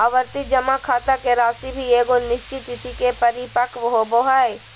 आवर्ती जमा खाता के राशि भी एगो निश्चित तिथि के परिपक्व होबो हइ